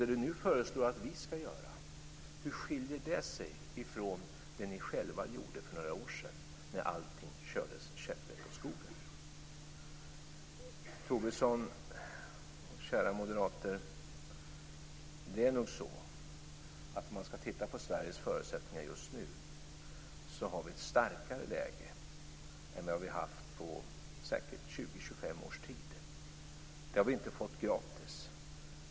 Det du nu föreslår att vi skall göra, hur skiljer det sig från det ni själva gjorde för några år sedan, när allting kördes käpprätt åt skogen? Tobisson och kära moderater! Det är nog så att om man tittar på Sveriges förutsättningar just nu har vi ett starkare läge än vad vi har haft på säkert 20, 25 års tid. Det har vi inte fått gratis.